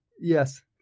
Yes